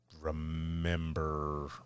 remember